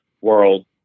world